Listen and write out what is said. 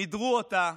מידרו אותה,